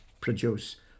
produce